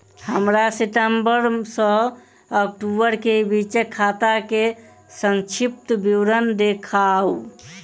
हमरा सितम्बर सँ अक्टूबर केँ बीचक खाता केँ संक्षिप्त विवरण देखाऊ?